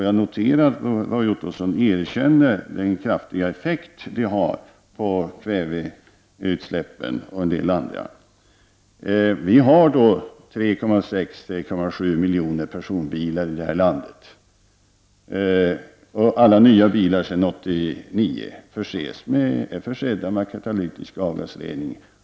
Jag noterar att Roy Ottosson erkänner den kraftiga effekt som denna åtgärd har haft på kväveutsläppen och annat. Vi har 3,6 3,7 miljoner personbilar i detta land. Alla nya bilar sedan 1989 är försedda med katalytisk avgasrening.